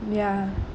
ya